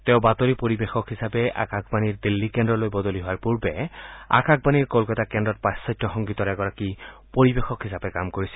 তেওঁ বাতৰি পৰিৱেশক হিচাপে আকাশবাণীৰ দিল্লী কেন্দ্ৰলৈ বদলি হোৱাৰ পূৰ্বে আকাশবাণীৰ কলকাতা কেন্দ্ৰত পাশ্চাত্য সংগীতৰ এগৰাকী পৰিৱেশক হিচাপে কাম কৰিছিল